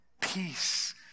peace